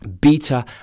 beta